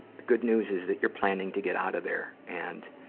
the good news is that you're planning to get out of there and,